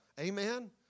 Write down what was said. Amen